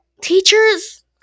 teachers